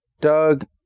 Doug